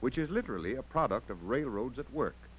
which is literally a product of railroads at work